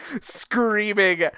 screaming